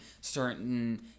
certain